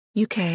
UK